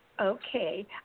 Okay